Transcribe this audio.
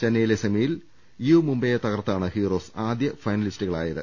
ചെന്നൈയിലെ സെമിയിൽ യു മുംബൈയെ തകർത്താണ് ഹീറോസ് ആദ്യ ഫൈനലിസ്റ്റുകളായത്